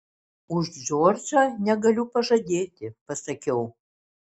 už džordžą negaliu pažadėti pasakiau